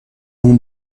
اون